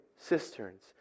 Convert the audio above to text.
Cisterns